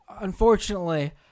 unfortunately